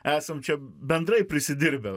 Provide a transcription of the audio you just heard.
esam čia bendrai prisidirbę